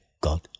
God